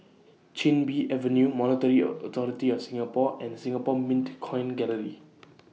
Chin Bee Avenue Monetary Authority of Singapore and Singapore Mint Coin Gallery